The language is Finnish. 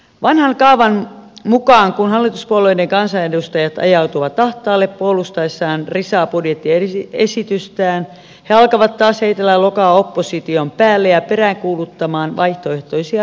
vanhan kaavan mukaan kun hallituspuolueiden kansanedustajat ajautuvat ahtaalle puolustaessaan risaa budjettiesitystään he alkavat taas heitellä lokaa opposition päälle ja peräänkuuluttaa vaihtoehtoisia ratkaisuja